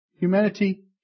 humanity